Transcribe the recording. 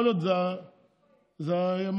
זה סגר שמח.